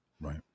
Right